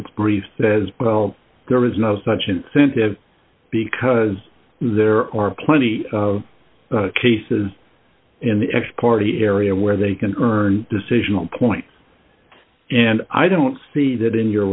its brief says well there is no such incentive because there are plenty of cases in the next party area where they can earn decision point and i don't see that in your